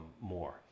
more